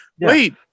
Wait